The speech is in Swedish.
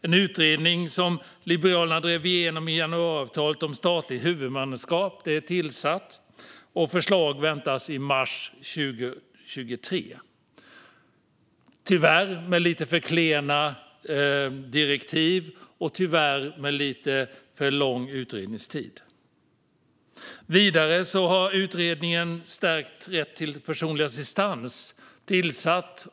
En utredning om statligt huvudmannaskap som Liberalerna drev igenom i januariavtalet är tillsatt, och förslag väntas i mars 2023 - tyvärr med lite för klena direktiv och tyvärr med lite för lång utredningstid. Vidare har utredningen Stärkt rätt till personlig assistans tillsatts.